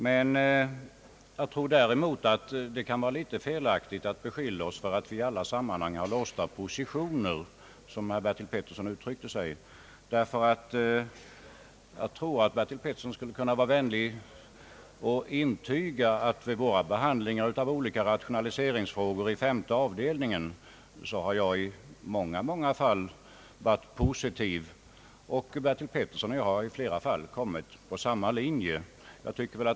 Det är felaktigt att beskylla oss för att vi i alla sammanhang har »låsta positioner», som herr Bertil Petersson uttryckte sig. Jag tror att herr Bertil Petersson skulle kunna intyga att jag vid vår behandling av olika rationaliseringsfrågor i femte avdelningen i många fall har haft en positiv inställning, och herr Bertil Petersson och jag har i flera fall gått på samma linje.